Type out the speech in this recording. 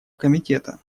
комитета